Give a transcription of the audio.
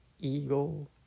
ego